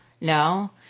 no